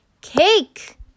Cake